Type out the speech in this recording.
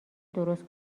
درست